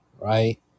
right